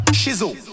shizzle